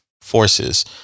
forces